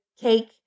cake